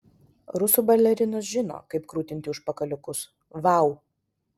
rusų balerinos žino kaip krutinti užpakaliukus vau